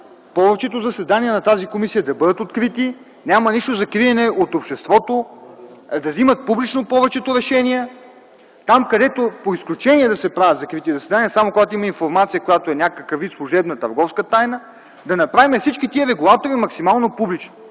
повечето заседания на тази комисия да бъдат открити, няма нищо за криене от обществото, да вземат публично повечето решения. По изключение да се правят закрити заседания, само когато има информация, която е някакъв вид служебна и търговска тайна. Да направим всички тези регулатори максимално публични,